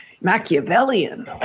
Machiavellian